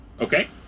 Okay